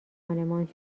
خانمان